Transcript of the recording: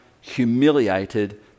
humiliated